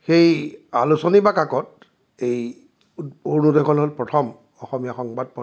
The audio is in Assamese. সেই আলোচনী বা কাকত এই অৰুণোদয়খন প্ৰথম অসমীয়া সংবাদপত্ৰ